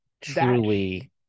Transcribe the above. truly